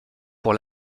pour